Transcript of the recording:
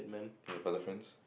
yes but the friends